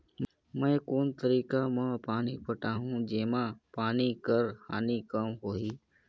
मैं कोन तरीका म पानी पटाहूं जेमा पानी कर हानि कम होही?